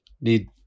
Need